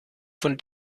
von